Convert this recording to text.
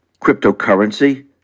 cryptocurrency